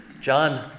John